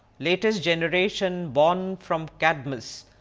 latest generation born from cadmus,